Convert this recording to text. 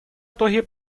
итоге